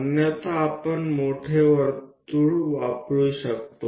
अन्यथा आपण मोठे वर्तुळ वापरू शकतो